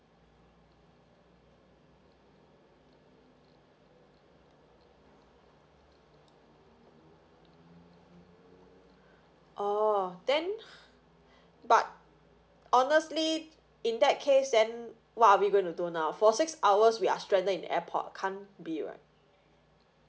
orh then but honestly in that case then what are we gonna do now for six hours we are stranded in the airport can't be right